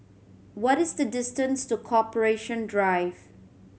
what is the distance to Corporation Drive